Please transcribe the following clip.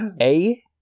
A-